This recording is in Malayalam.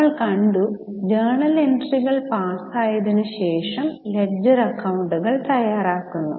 നമ്മൾ കണ്ടു ജേണൽ എൻട്രികൾ പാസായതിനുശേഷം ലെഡ്ജർ അകൌണ്ടുകൾ തയ്യാറാക്കുന്നു